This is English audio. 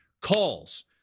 Calls